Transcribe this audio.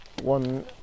one